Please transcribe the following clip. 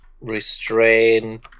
restrain